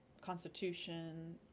Constitution